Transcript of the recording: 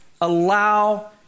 allow